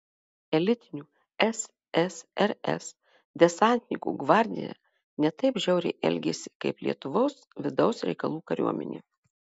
elitinių ssrs desantininkų gvardija ne taip žiauriai elgėsi kaip lietuvos vidaus reikalų kariuomenė